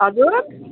हजुर